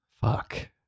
Fuck